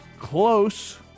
close